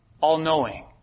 all-knowing